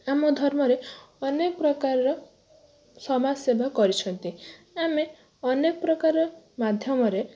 ଆମ ଧର୍ମରେ ଅନେକ ପ୍ରକାରର ସମାଜ ସେବା କରିଛନ୍ତି ଆମେ ଅନେକ ପ୍ରକାର ମାଧ୍ୟମରେ